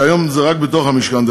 היום זה רק בתוך המשכן,